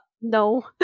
No